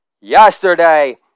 Yesterday